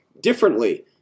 differently